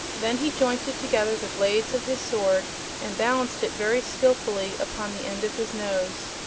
then he jointed together the blades of his sword and balanced it very skillfully upon the end of his nose.